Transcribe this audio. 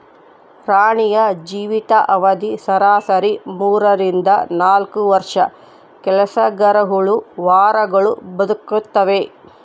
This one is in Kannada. ರಾಣಿಯ ಜೀವಿತ ಅವಧಿ ಸರಾಸರಿ ಮೂರರಿಂದ ನಾಲ್ಕು ವರ್ಷ ಕೆಲಸಗರಹುಳು ವಾರಗಳು ಬದುಕ್ತಾವೆ